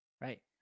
right